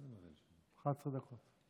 11 דקות.